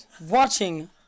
watching